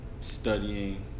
studying